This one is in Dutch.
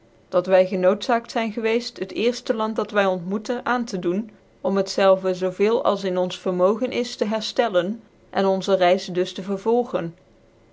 ilat wy genoodzaakt zyn geweeft het eerftc land dat wy ontmoete aan te doen om het zelve zoo veel als in ons vermogen is te hcrftcllcn cn onze reis dus te vervolgen